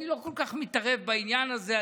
אני לא כל כך מתערב בעניין הזה.